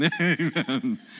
Amen